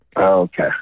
Okay